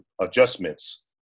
adjustments